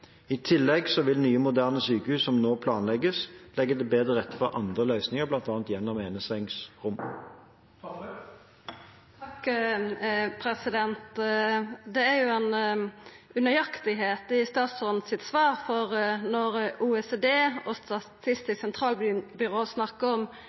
I tillegg vil nye, moderne sykehus som nå planlegges, legge bedre til rette for andre løsninger, bl.a. gjennom ensengsrom. Det er ei unøyaktigheit i svaret frå statsråden, for når OECD og Statistisk sentralbyrå snakkar om